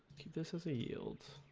keep this as a yield